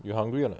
you hungry or not